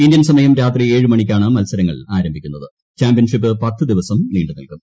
Indian സമയം രാത്രി ഏഴ് മണിക്കാണ് മൽസരങ്ങൾ ആരംഭിക്കുന്നത് ചാമ്പ്യൻഷിപ്പ് ദിവസം നീണ്ടുനിൽക്കും